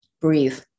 Breathe